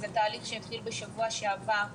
זה תהליך שהחל בשבוע שעבר.